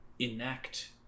Enact